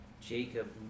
Jacob